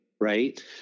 right